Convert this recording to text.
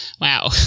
Wow